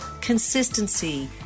Consistency